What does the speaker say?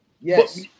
Yes